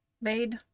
made